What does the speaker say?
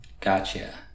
Gotcha